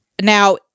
now